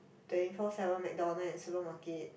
twenty four seven McDonald and supermarket